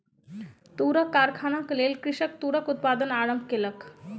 तूरक कारखानाक लेल कृषक तूरक उत्पादन आरम्भ केलक